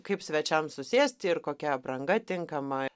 kaip svečiams susėsti ir kokia apranga tinkama